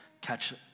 catch